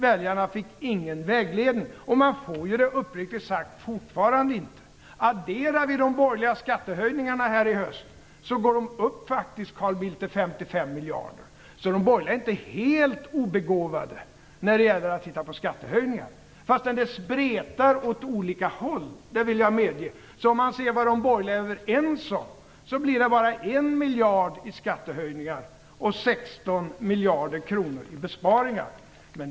Väljarna fick ingen vägledning, och det får de ju uppriktigt sagt fortfarande inte. Adderar vi de borgerliga skattehöjningsförslagen i höst uppgår de faktiskt till 55 miljarder, Carl Bildt. De borgerliga är inte helt obegåvade när det gäller att hitta på skattehöjningar, fastän de spretar åt olika håll. Det vill jag medge. De borgerliga är bara överens om en miljard i skattehöjningar och 16 miljarder kronor i besparingar.